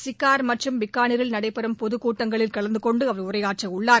சிக்கார் மற்றும் பிக்கானிரீல் நடைபெறம் பொதுக் கூட்டங்களில் கலந்து கொண்டு அவர் உரையாற்றவுள்ளார்